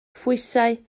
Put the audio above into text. phwysau